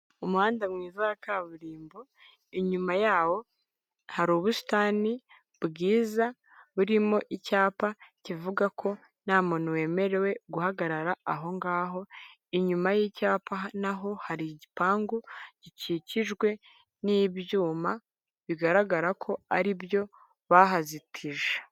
Umuhanda mwiza wa kaburimbo inyuma yawo hari ubusitani bwiza buririmo icyapa kivuga ko nta muntu wemerewe guhagarara aho ngaho, inyuma y'icyapa naho hari igipangu gikikijwe n'ibyuma bigaragara ko ari byo bahazitije.